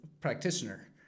practitioner